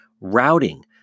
routing